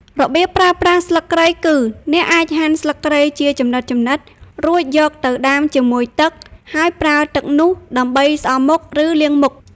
របៀបប្រើប្រាស់ស្លឹកគ្រៃគឺ អ្នកអាចហាន់ស្លឹកគ្រៃជាចំណិតៗ រួចយកទៅដាំជាមួយទឹក ហើយប្រើទឹកនោះដើម្បីស្អំមុខ ឬលាងមុខ។